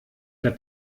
der